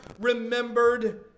remembered